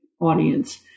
audience